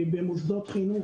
במוסדות חינוך,